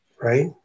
right